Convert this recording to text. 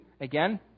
again